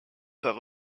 par